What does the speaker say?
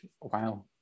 wow